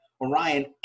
Orion